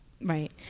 right